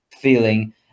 feeling